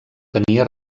tenia